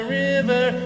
river